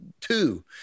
two